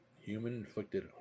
human-inflicted